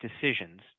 decisions